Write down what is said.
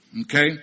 Okay